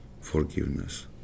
forgiveness